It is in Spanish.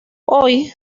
hoy